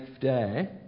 day